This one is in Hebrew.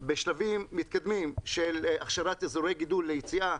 בשלבים מתקדמים של הכשרת אזורי גידול ליציאה,